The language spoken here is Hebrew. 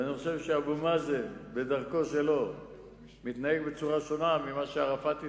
ואני חושב שאבו מאזן בדרכו שלו מתנהג בצורה שונה ממה שערפאת התנהג,